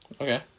Okay